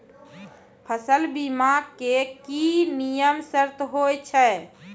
फसल बीमा के की नियम सर्त होय छै?